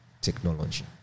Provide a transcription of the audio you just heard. technology